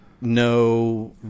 no